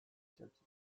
itsatsi